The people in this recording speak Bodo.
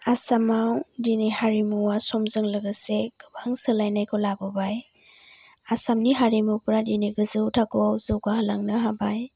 आसामाव दिनै हारिमुवा समजों लोगोसे गोबां सोलायनायखौ लाबोबाय आसामनि हारिमुफोरा दिनै गोजौ थाखोआव जौगा लांनो हाबाय